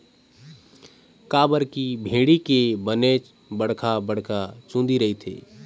काबर की भेड़ी के बनेच बड़का बड़का चुंदी रहिथे